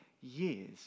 years